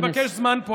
אתה וכחן מעצם קיומך.